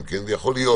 יכול להיות